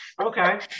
Okay